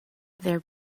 there